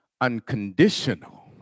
unconditional